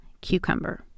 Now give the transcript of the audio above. cucumber